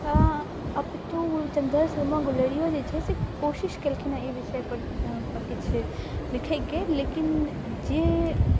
अपितु चन्द्रा शर्मा गुलेरियो जे छै से कोशिश केलखिन हँ ई विषयपर किछु लिखैके लेकिन जे